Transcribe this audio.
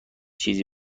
چیزی